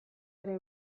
ere